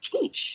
teach